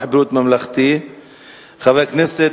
בריאות ממלכתי (תיקון מס' 53). חבר הכנסת,